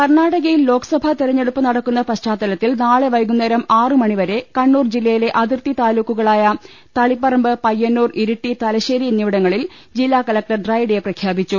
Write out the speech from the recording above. കർണാടകയിൽ ലോക്സഭാ തെരഞ്ഞെടുപ്പ് നടക്കുന്ന പശ്ചാത്തല ത്തിൽ നാളെ വൈകുന്നേരം ആറ് മണി വരെ കണ്ണൂർ ജില്ലയിലെ അതിർത്തി താലൂക്കുകളായ തളിപ്പറമ്പ് പയ്യന്ന ൂർ ഇരിട്ടി തലശ്ശേരി എന്നിവിടങ്ങളിൽ ജില്ലാ കലക്ടർ ഡ്രൈഡേ പ്രഖ്യാപിച്ചു